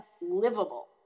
livable